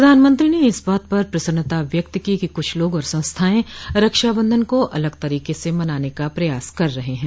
प्रधानमंत्री ने इस बात पर प्रसन्नता व्यक्त की कि कुछ लोग और संस्थाएं रक्षाबंधन को अलग तरीके से मनाने का प्रयास कर रहे है